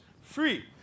free